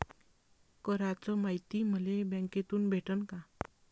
कराच मायती मले बँकेतून भेटन का?